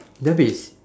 dah habis